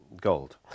gold